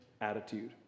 attitude